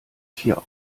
vier